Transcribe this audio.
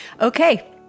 Okay